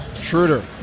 Schroeder